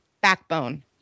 backbone